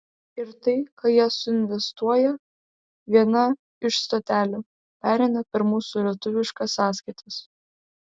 ir tai ką jie suinvestuoja viena iš stotelių pereina per mūsų lietuviškas sąskaitas